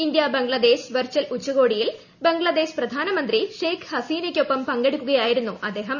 India Bangladesh virtual ഉച്ചകോടിയിൽ ബംഗ്ലാദേശ് പ്രധാനമന്ത്രി ഷെയ്ഖ് ഹസീനയ്ക്കൊപ്പം പങ്കെടുക്കൂക്യായിരുന്നു അദ്ദേഹം